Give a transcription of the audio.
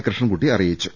കൃഷ്ണൻകുട്ടി അറി യിച്ചു